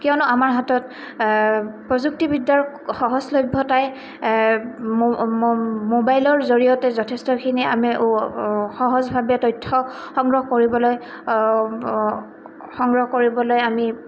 কিয়নো আমাৰ হাতত প্ৰযুক্তিবিদ্যাৰ সহজলভ্যতাই মোবাইলৰ জৰিয়তে যথেষ্টখিনি আমি সহজভাৱে তথ্য সংগ্ৰহ কৰিবলৈ সংগ্ৰহ কৰিবলৈ আমি